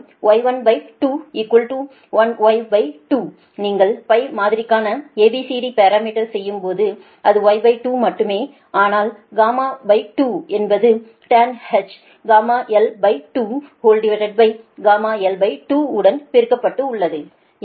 மற்றும் Y12Y2 நீங்கள் மாதிரிக்கான ABCD பாரமீட்டர்ஸ் செய்யும்போது அது Y2 மட்டுமே ஆனால் Y2 என்பது tanh γl2 γl2 உடன் பெருக்கப்பட்டு உள்ளது